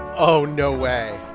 oh, no way.